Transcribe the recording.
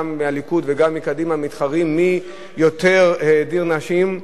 גם מהליכוד וגם מקדימה מתחרים מי האדיר יותר נשים,